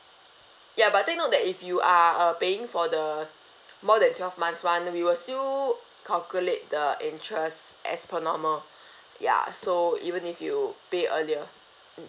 ya but take note that if you are uh paying for the more than twelve months [one] we will still calculate the interest as per normal ya so even if you pay earlier